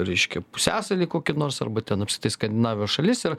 reiškia pusiasalį kokį nors arba ten apsitai skandinavijos šalis ir